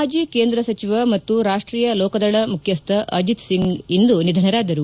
ಮಾಜಿ ಕೇಂದ್ರ ಸಚಿವ ಮತ್ತು ರಾಷ್ಟೀಯ ಲೋಕದಳ ಮುಖ್ಯಸ್ಥ ಅಜಿತ್ ಸಿಂಗ್ ಇಂದು ನಿಧನರಾದರು